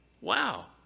Wow